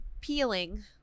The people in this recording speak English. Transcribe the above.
peeling